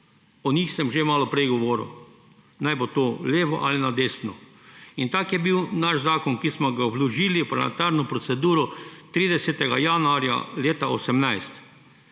o njih sem že maloprej govoril −, naj bodo z leve ali desne. In tak je bil naš zakon, ki smo ga vložili v parlamentarno proceduro 30. januarja leta 2018.